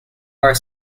our